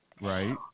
Right